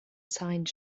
signed